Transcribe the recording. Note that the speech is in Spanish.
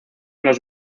los